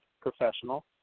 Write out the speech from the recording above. professional